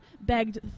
begged